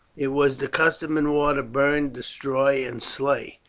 it was the custom in war to burn, destroy, and slay.